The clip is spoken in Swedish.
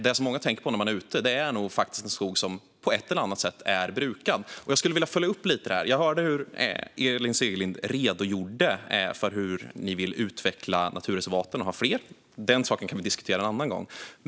Det som många tänker på när det gäller att vara ute i skogen är nog faktiskt en skog som på ett eller annat sätt är brukad. Jag skulle vilja följa upp det här lite. Jag hörde hur Elin Segerlind redogjorde för hur hennes parti vill utveckla naturreservaten och ha fler. Den saken kan vi diskutera en annan gång.